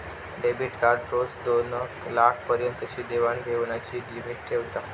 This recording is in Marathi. डेबीट कार्ड रोज दोनलाखा पर्यंतची देवाण घेवाणीची लिमिट ठेवता